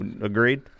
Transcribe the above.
Agreed